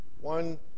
one